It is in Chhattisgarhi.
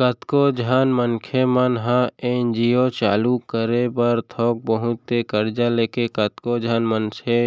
कतको झन मनखे मन ह एन.जी.ओ चालू करे बर थोक बहुत के करजा लेके कतको झन मनसे